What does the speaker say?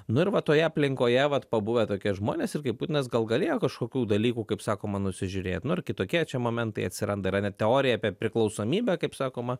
nu ir va toje aplinkoje vat pabuvę tokie žmonės ir kaip putinas gal galėjo kažkokių dalykų kaip sakoma nusižiūrėt nu ir kitokie čia momentai atsiranda yra net teorija apie priklausomybę kaip sakoma